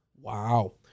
Wow